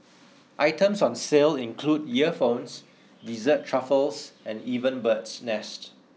items on sale include earphones dessert truffles and even bird's nest